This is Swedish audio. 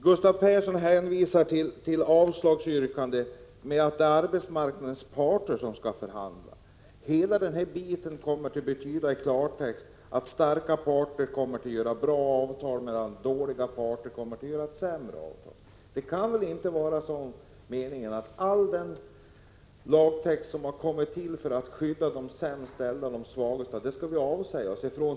Gustav Persson motiverar sitt avslagsyrkande med att det är arbetsmarknadens parter som skall förhandla. I klartext betyder det att starka parter kommer att träffa bra avtal, medan svaga parter kommer att få sämre avtal. Det kan väl inte vara meningen att vi skall avstå från alla de lagstadgade möjligheter att ingripa som kommit till för att skydda de svagaste och sämst ställda?